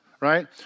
right